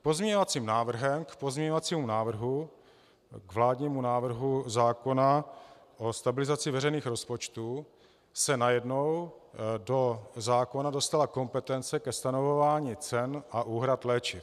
Pozměňovacím návrhem k pozměňovacímu návrhu k vládnímu návrhu zákona o stabilizaci veřejných rozpočtů se najednou do návrhu zákona dostala kompetence ke stanovování cen a úhrad léčiv.